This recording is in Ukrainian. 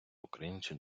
українців